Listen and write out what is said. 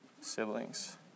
Siblings